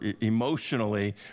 emotionally